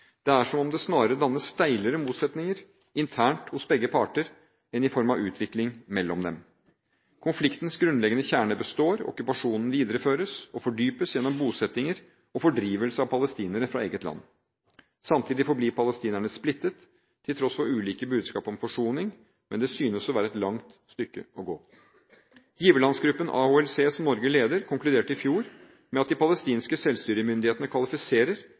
det er som om det snarere dannes steilere motsetninger internt hos begge parter enn utvikling mellom dem. Konfliktens grunnleggende kjerne består, okkupasjonen videreføres og fordypes gjennom bosettinger og fordrivelse av palestinere fra eget land. Samtidig forblir palestinerne splittet, til tross for ulike budskap om forsoning, men det synes å være et langt stykke å gå. Giverlandsgruppen, AHLC, som Norge leder, konkluderte i fjor med at de palestinske selvstyremyndighetene kvalifiserer